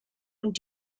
und